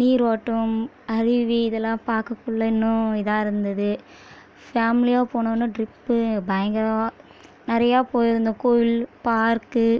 நீரோட்டோம் அருவி இதெல்லாம் பாக்கக்குள்ள இன்னும் இதாக இருந்தது ஃபேம்லியாக போகணுன்னு ட்ரிப்பு பயங்கரமாக நிறையா போய்ருந்தோம் கோவில் பார்க்கு